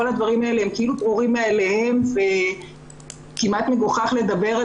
כל הדברים האלה ברורים מאליהם וכמעט מגוחך לדבר על